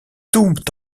tout